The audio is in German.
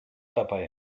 dabei